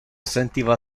sentiva